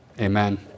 Amen